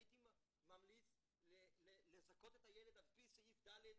הייתי ממליץ לזכות את הילד על פי סעיף ד'